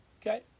Okay